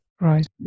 Right